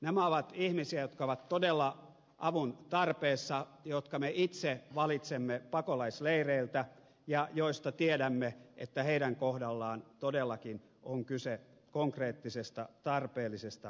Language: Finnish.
nämä ovat ihmisiä jotka ovat todella avun tarpeessa jotka me itse valitsemme pakolaisleireiltä ja joista tiedämme että heidän kohdallaan todellakin on kyse konkreettisesta tarpeellisesta auttamisesta